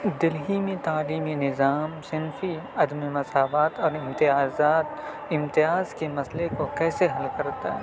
دلی میں تعلیمی نظام صنفی عدم مساوات اور امتیازات امتیاز کے مسئلے کو کیسے حل کرتا ہے